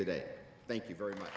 today thank you very much